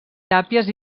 tàpies